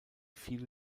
viele